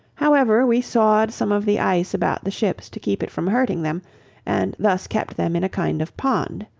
however, we sawed some of the ice about the ships to keep it from hurting them and thus kept them in a kind of pond.